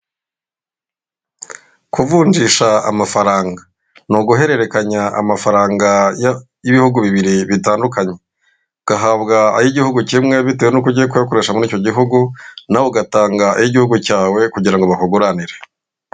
Kuvunjisha amafaranga, ni uguhererekanya amafaranga y'ibihugu bibiri bitandukanye ugahabwa ay'igihugu kimwe bitewe nuko ugiye kuyakoresha muri icyo gihugu nawe ugatanga ay'igihugu cyawe, kugira ngo bakuguranire.